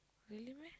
really meh